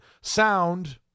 sound